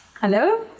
Hello